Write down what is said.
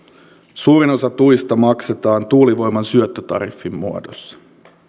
suurin osa tuista maksetaan tuulivoiman syöttötariffin muodossa